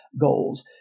goals